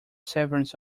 servants